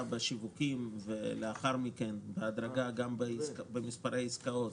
בשיווקים ולאחר מכן בהדרגה גם במספר העסקאות